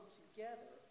together